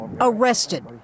arrested